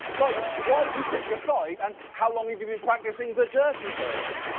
like, why have you picked a side? and, how long you've you've been practicing the dirty bird?